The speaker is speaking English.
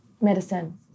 Medicine